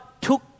took